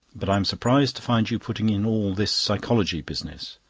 but i'm surprised to find you putting in all this psychology business.